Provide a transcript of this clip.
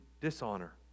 dishonor